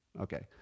Okay